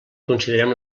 considerem